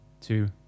two